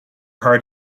heart